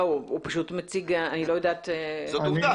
לא, הוא פשוט מציג, אני לא יודעת, עובדה.